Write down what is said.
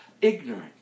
ignorant